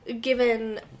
given